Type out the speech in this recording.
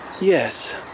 Yes